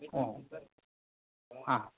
ও হ্যাঁ